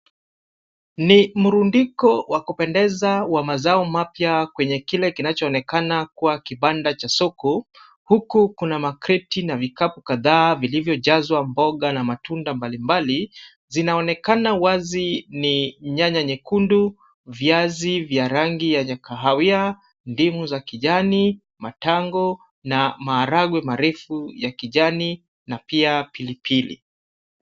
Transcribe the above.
Ni Mrundiko wa kupendeza wa mazao mapya kwenye kile kinachoonekana kuwa kibanda cha soko huku kuna makreti na vikapu kadhaa vilivyojazwa mboga na matunda mbalimbali, zinaonekana wazi ni nyanya nyekundu, viazi vya rangi yenye kahawia, ndimi za kijani, matango na maharagwe marefu ya kijani na pia pilipili.